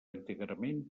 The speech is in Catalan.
íntegrament